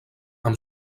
amb